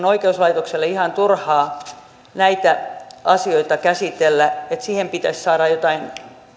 oikeuslaitoksen on ihan turhaa näitä asioita käsitellä siihen pitäisi saada jotain